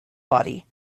body